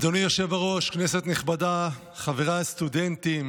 אדוני היושב-ראש, כנסת נכבדה, חבריי הסטודנטים,